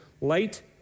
Light